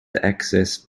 access